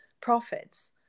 profits